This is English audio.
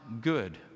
good